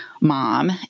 mom